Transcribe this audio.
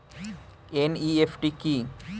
NEFT কি?